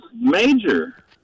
major